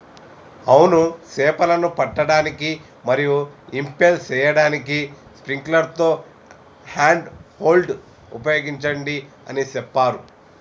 అవును సేపలను పట్టడానికి మరియు ఇంపెల్ సేయడానికి స్పైక్లతో హ్యాండ్ హోల్డ్ ఉపయోగించండి అని సెప్పారు